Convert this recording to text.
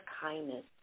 kindness